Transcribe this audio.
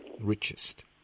richest